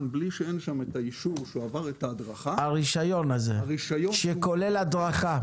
בלי שיש שם אישור שהוא עבר את ההדרכה --- הרישיון הזה שכולל הדרכה.